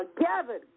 gathered